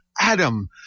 Adam